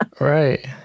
right